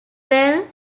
twelve